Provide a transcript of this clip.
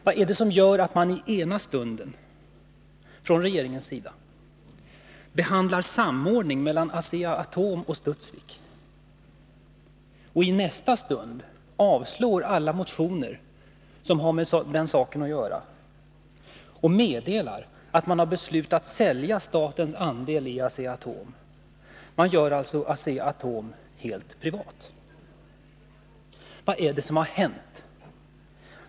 Vad är det som gör att man i ena stunden från regeringens sida behandlar samordningen mellan Asea-Atom och Studsvik och i nästa stund avstyrker alla motioner som har med den saken att göra, och meddelar att man har beslutat att sälja statens andel i Asea-Atom? Man gör alltså Asea-Atom helt privat. Vad är det som har hänt?